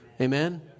Amen